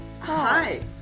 Hi